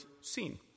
seen